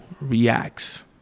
reacts